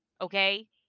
Okay